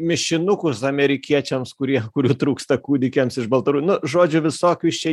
mišinukus amerikiečiams kurie kurių trūksta kūdikiams iš baltaru nu žodžiu visokius čia